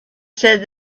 said